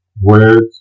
Words